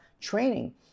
training